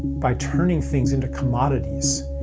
by turning things into commodities,